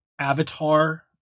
avatar